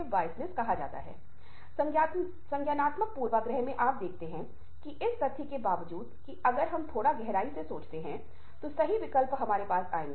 और वे उस का मज़ाक उड़ाते हैं उन्होंने उसे हल्के फुल्के अंदाज में पीटा और वह उसे अपने मन में माफ कर देता है